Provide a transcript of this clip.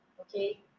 okay